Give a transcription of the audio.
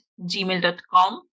gmail.com